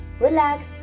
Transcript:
relax